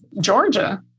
Georgia